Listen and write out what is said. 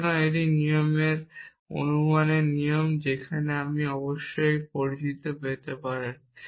সুতরাং এটি অনুমানের নিয়ম যেখানে আপনি অবশ্যই পরিচিত দেখতে পাবেন